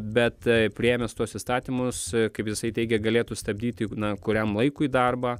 bet priėmęs tuos įstatymus kaip jisai teigė galėtų stabdyti na kuriam laikui darbą